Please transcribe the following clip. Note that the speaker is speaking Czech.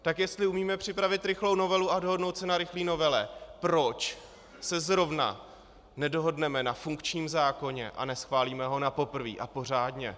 Tak jestli umíme připravit rychlou novelu a dohodnout se na rychlé novele, proč se zrovna nedohodneme na funkčním zákoně a neschválíme ho napoprvé a pořádně?